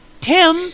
Tim